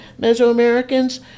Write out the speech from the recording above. Mesoamericans